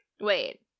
Wait